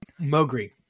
Mogri